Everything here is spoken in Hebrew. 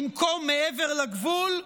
במקום מעבר לגבול,